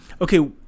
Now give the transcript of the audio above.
okay